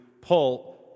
pull